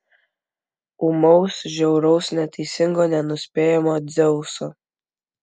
ūmaus žiauraus neteisingo nenuspėjamo dzeuso